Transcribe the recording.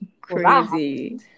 crazy